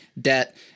debt